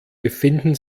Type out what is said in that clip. befinden